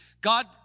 God